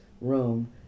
room